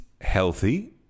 healthy